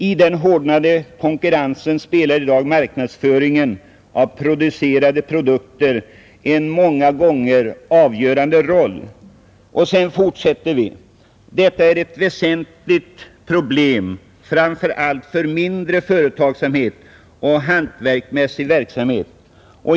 I den hårdnade konkurrensen spelar i dag marknadsföringen av producerade produkter en många gånger avgörande roll. Detta är ett väsentligt problem framför allt för mindre företagsamhet och hantverksmässig verksamhet.